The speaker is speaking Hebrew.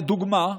לדוגמה,